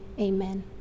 Amen